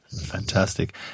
Fantastic